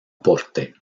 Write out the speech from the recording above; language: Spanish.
porte